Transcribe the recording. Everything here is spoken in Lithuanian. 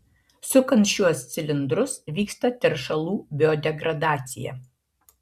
sukant šiuos cilindrus vyksta teršalų biodegradacija